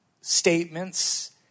statements